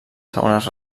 segones